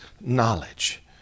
knowledge